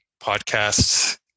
podcasts